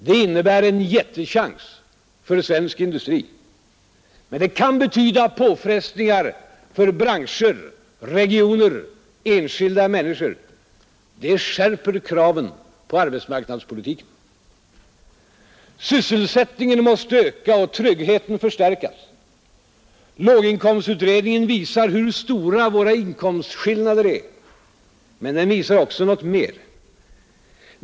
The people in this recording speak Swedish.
Det innebär en jättechans för svensk industri. Men det kan betyda påfrestningar för branscher, regioner, enskilda människor. Det skärper kraven på arbetsmarknadspolitiken. Sysselsättningen måste öka och tryggheten förstärkas. Låginkomstutredningen visar hur stora våra inkomstskillnader är. Men den visar också något mer.